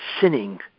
sinning